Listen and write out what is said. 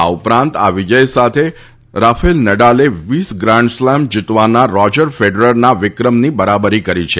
આ ઉપરાંત આ વિજય સાથે રાફેલ નડાલે વીસ ગ્રાન્ડ સ્લેમ જીતવાના રોજર ફેડરરના વિક્રમની બરાબરી કરી છે